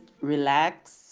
relax